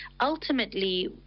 ultimately